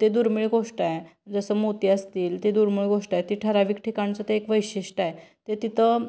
ते दुर्मिळ गोष्ट आहे जसं मोती असतील ती दुर्मिळ गोष्ट आहे ती ठराविक ठिकाणचं ते एक वैशिष्ट्य आहे ते तिथं